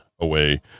away